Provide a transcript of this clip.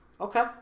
Okay